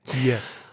Yes